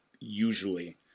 usually